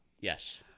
yes